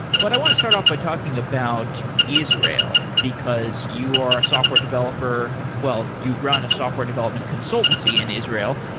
but i want to start off by talking about israel, because you are a software developer well, you run a software development consultancy in israel,